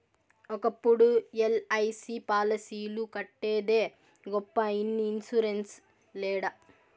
ఒకప్పుడు ఎల్.ఐ.సి పాలసీలు కట్టేదే గొప్ప ఇన్ని ఇన్సూరెన్స్ లేడ